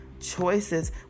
choices